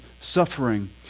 suffering